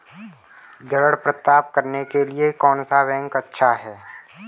ऋण प्राप्त करने के लिए कौन सा बैंक अच्छा है?